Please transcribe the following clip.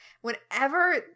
Whenever